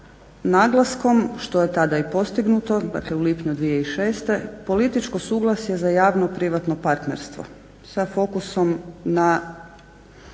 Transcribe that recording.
naglaskom što je tada i postignuto, dakle u lipnju 2006., političko suglasje za javno-privatno partnerstvo sa fokusom na